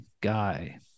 guy